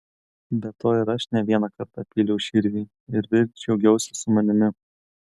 be to ir aš ne vieną kartą pyliau širviui ir vis džiaugiausi su manimi